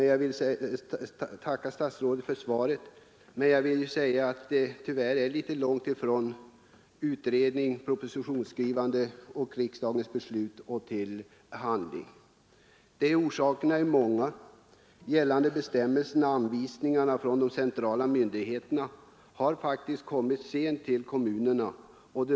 Jag vill tacka statsrådet för svaret, men tyvärr är det långt från utredning, propositionsskrivande och riksdagsbeslut till handling. Orsakerna härtill är många. Gällande bestämmelser och anvisningar från centrala myndigheter har faktiskt kommit sent till kommunerna.